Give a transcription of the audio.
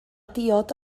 diod